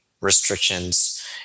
restrictions